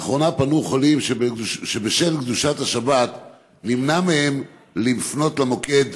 לאחרונה פנו חולים שבשל קדושת השבת נמנע מהם לפנות למוקד